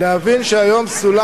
להבין שהיום סולם